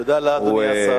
תודה לאדוני השר.